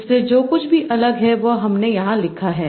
इसलिए जो कुछ भी अलग है वह हमने यहां लिखा है